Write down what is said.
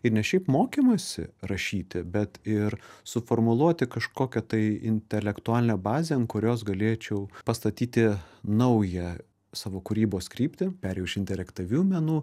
ir ne šiaip mokymąsi rašyti bet ir suformuluoti kažkokią tai intelektualinę bazę ant kurios galėčiau pastatyti naują savo kūrybos kryptį perėjau iš interaktyvių menų